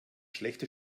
schlechte